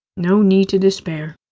no need to despair.